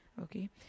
Okay